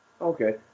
Okay